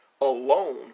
alone